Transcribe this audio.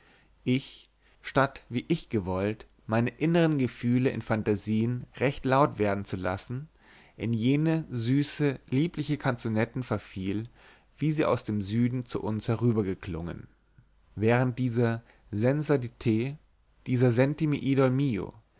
ich statt wie ich gewollt meine innern gefühle in fantasien recht laut werden zu lassen in jene süße liebliche kanzonetten verfiel wie sie aus dem süden zu uns herübergeklungen während dieser senza di te dieser sentimi idol mio